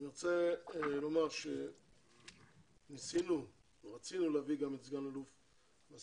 אני רוצה לומר שרצינו להביא גם את סגן אלוף טגניה,